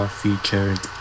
featured